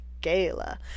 gala